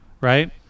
Right